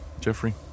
Jeffrey